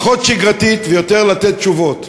פחות שגרתית ויותר לתת תשובות.